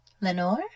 Lenore